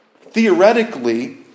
theoretically